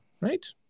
right